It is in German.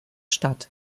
statt